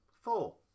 four